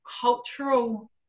cultural